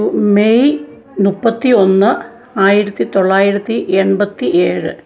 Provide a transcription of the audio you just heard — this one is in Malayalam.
ജൂ മെയ് മുപ്പത്തി ഒന്ന് ആയിരത്തി ത്തൊള്ളായിരത്തി എൺപത്തി ഏഴ്